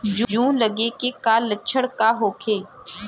जूं लगे के का लक्षण का होखे?